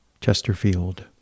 Chesterfield